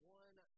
one